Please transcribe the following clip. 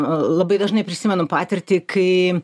labai dažnai prisimenu patirtį kai